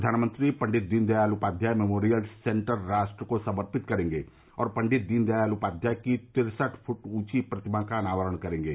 प्रधानमंत्री Pandit Deendayal Upadhyay memorial centre राष्ट्र को समर्पित करेंगे और पंडित दीनदयाल उपाध्याय की तिरसठ फूट ऊंची प्रतिमा का अनावरण करेंगे